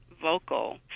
vocal